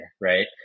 right